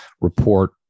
report